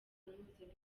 mpuzabitsina